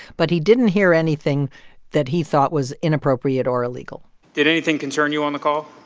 but he didn't hear anything that he thought was inappropriate or illegal did anything concern you on the call?